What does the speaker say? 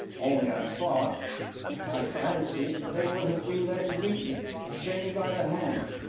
only i thought i fancied they would have been there to meet me, to shake me by the hand,